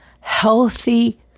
healthy